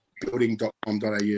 building.com.au